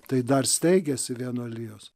tai dar steigiasi vienuolijos